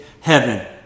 heaven